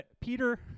Peter